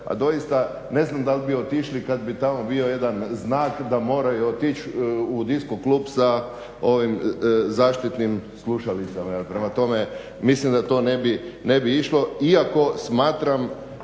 a doista ne znam da li bi otišli kada bi tamo bio jedan znak da moraju otići u disco klub sa zaštitnim slušalicama. Prema tome mislim da to ne bi išlo